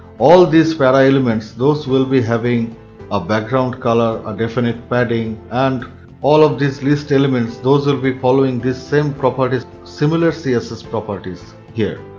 all these para elements those will be having a background color, a definite padding, and all of these list elements those will be following the same properties similar css properties here.